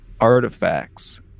artifacts